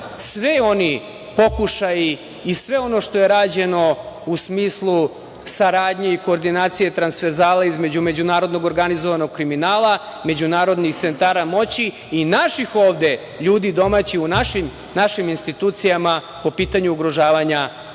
svi oni pokušaji i sve ono što je rađeno, u smislu saradnje i koordinacije transverzala između međunarodnog organizovanog kriminala, međunarodnih centara moći i naših ovde ljudi, domaćih, u našim institucijama, po pitanju ugrožavanja života